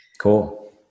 Cool